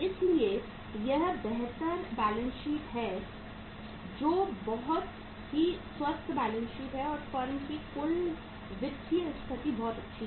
इसलिए यह बेहतर बैलेंस शीट है जो बहुत ही स्वस्थ बैलेंस शीट है और फर्म की कुल वित्तीय स्थिति बहुत अच्छी है